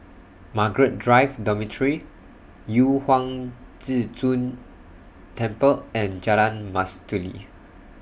Margaret Drive Dormitory Yu Huang Zhi Zun Temple and Jalan Mastuli